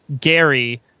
Gary